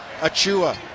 Achua